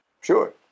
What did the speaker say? Sure